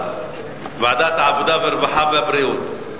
הנושא לוועדת העבודה, הרווחה והבריאות